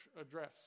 address